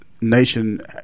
nation